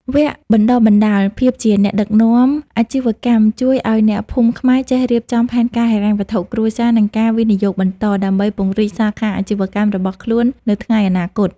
វគ្គបណ្ដុះបណ្ដាល "ភាពជាអ្នកដឹកនាំអាជីវកម្ម" ជួយឱ្យអ្នកភូមិខ្មែរចេះរៀបចំផែនការហិរញ្ញវត្ថុគ្រួសារ និងការវិនិយោគបន្ត ដើម្បីពង្រីកសាខាអាជីវកម្មរបស់ខ្លួននៅថ្ងៃអនាគត។